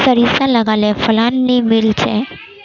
सारिसा लगाले फलान नि मीलचे?